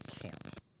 camp